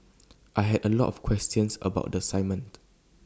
I had A lot of questions about the assignment